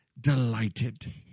delighted